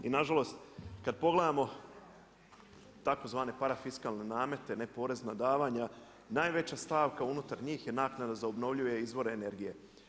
I nažalost, kada pogledamo tzv. parafiskalne namete, neporezna davanja, najveća stavka unutar njih je naknada za obnovljive izvore energije.